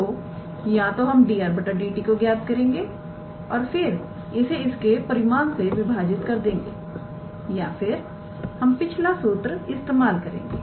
तो या तो हम d𝑟⃗ 𝑑𝑡 को ज्ञात करेंगे और फिर इसे इसके परिमाण से विभाजित कर देंगे या फिर हम पिछला सूत्र इस्तेमाल करेंगे